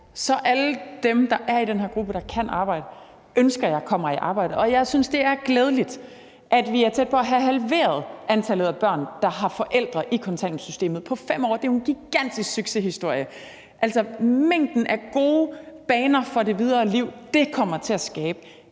at alle dem, der er i den her gruppe, og som kan arbejde, kommer i arbejde, og jeg synes, det er glædeligt, at vi er tæt på at have halveret antallet af børn, der har forældre i kontanthjælpssystemet, på 5 år. Det er jo en gigantisk succeshistorie. Altså, den mængde af gode baner for det videre liv, som det kommer til at skabe,